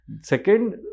Second